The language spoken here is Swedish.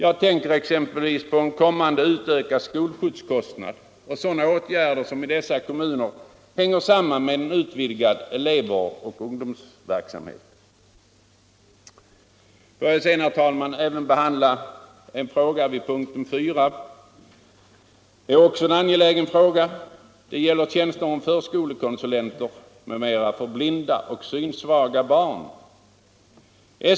Jag tänker exempelvis på en kommande utökad skolskjutskostnad och sådana åtgärder som i dessa kommuner hänger samman med en utvidgad elevvård och ungdomsverksamhet. Låt mig sedan, herr talman, behandla även en fråga vid punkten 4. Det är också en angelägen fråga och gäller tjänster som förskolekonsulenter m.m. för blinda och synsvaga barn.